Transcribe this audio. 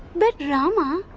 but rama,